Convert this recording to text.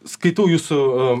skaitau jūsų